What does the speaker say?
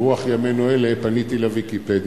ברוח ימינו אלה פניתי ל"ויקיפדיה",